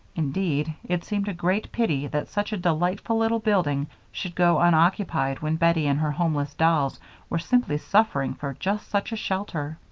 indeed, it seemed a great pity that such a delightful little building should go unoccupied when bettie and her homeless dolls were simply suffering for just such a shelter.